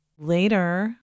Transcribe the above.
later